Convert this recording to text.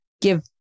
give